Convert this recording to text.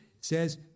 says